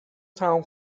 تموم